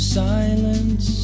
silence